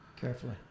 Carefully